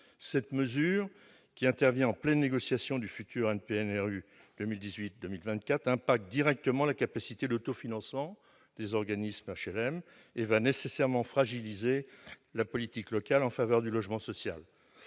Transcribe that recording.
Cette mesure, qui intervient en pleine négociation du futur NPNRU pour les années 2018-2024, a des effets directs sur la capacité d'autofinancement des organismes d'HLM et va nécessairement fragiliser la politique locale en faveur du logement social.